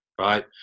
right